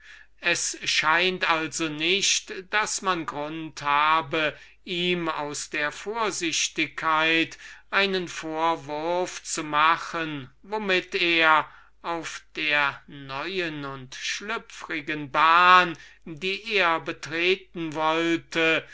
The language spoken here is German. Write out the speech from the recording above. es scheint also nicht daß man grund habe ihm aus der vorsichtigkeit einen vorwurf zu machen womit er in der neuen und schlüpfrigen situation worin er war alle